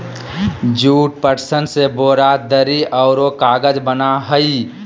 jute, पटसन से बोरा, दरी औरो कागज बना हइ